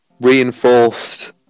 reinforced